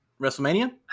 WrestleMania